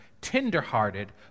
tender-hearted